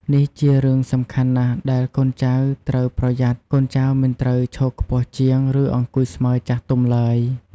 នេះជារឿងសំខាន់ណាស់ដែលកូនចៅត្រូវប្រយ័ត្ន កូនចៅ មិនត្រូវឈរខ្ពស់ជាង ឬអង្គុយស្មើ ចាស់ទុំឡើយ។